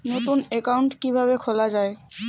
নতুন একাউন্ট কিভাবে খোলা য়ায়?